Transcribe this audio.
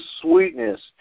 sweetness